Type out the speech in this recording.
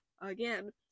again